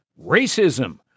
racism